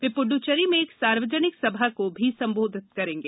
वह पुडुचेरी में एक सार्वजनिक सभा को भी संबोधित करेंगे